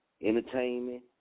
entertainment